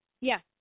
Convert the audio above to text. Yes